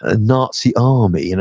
ah nazi army, you know